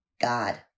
God